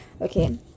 okay